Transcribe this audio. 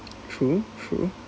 true true